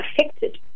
affected